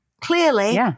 Clearly